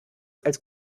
als